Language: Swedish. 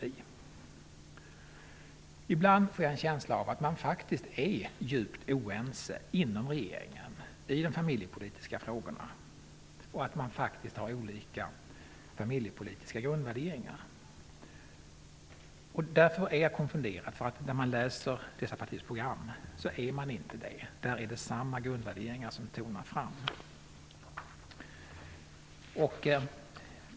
Ibland får jag en känsla av att man faktiskt är djupt oense inom regeringen i de familjepolitiska frågorna och att man faktiskt har olika familjepolitiska grundvärderingar. Jag blir därför konfunderad när jag läser dessa partiers program. Där framkommer nämligen inte detta, utan där är det gemensamma grundvärderingar som tonar fram.